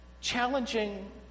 challenging